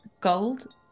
gold